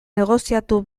negoziatu